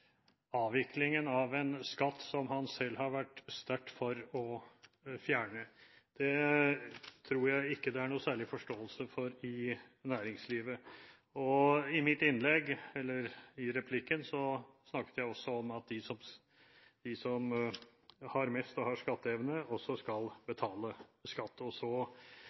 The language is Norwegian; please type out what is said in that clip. avviklingen av en skatt som han selv har vært sterkt for å fjerne. Det tror jeg ikke det er noen særlig forståelse for i næringslivet. I replikken snakket jeg også om at de som har mest, og som har skatteevne, også skal betale skatt, og så